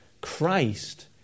Christ